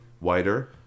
wider